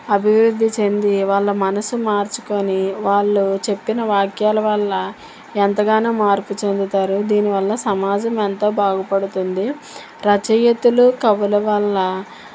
అభివృద్ధి చెంది వాళ్ళ మనసు మార్చుకొని వాళ్ళు చెప్పిన వాక్యాల వల్ల ఎంతగానో మార్పు చెందుతారు దీని వల్ల సమాజం ఎంతో బాగుపడుతుంది రచయితలు కవుల వల్ల